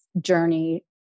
journey